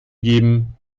geben